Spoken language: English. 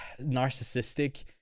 narcissistic